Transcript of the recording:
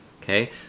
Okay